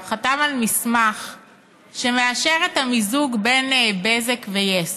חתם על מסמך שמאשר את המיזוג בין בזק ליס,